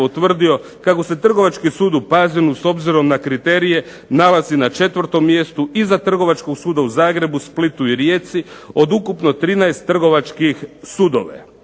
utvrdi kako se Trgovački sud u Pazinu s obzirom na kriterije nalazi na 4. mjestu, iza Trgovačkog suda u Zagrebu, Splitu i Rijeci, od ukupno 13 trgovačkih sudova.